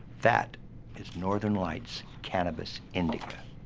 that is northern lights cannabis, indica